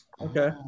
Okay